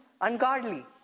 ungodly